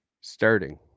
Starting